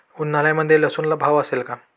उन्हाळ्यामध्ये लसूणला भाव असेल का?